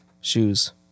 shoes